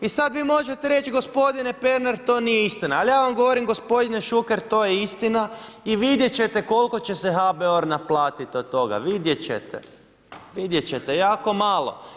I sada vi možete reći gospodine Pernar to nije istina, ali ja vam govorim gospodine Šuker to je istina i vidjet ćete koliko će se HBOR naplatiti od toga, vidjet ćete, jako malo.